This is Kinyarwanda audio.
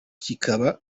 kikaba